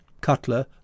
Cutler